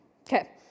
Okay